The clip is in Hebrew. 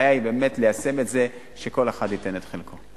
הבעיה היא באמת ליישם את זה שכל אחד ייתן את חלקו.